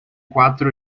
quatro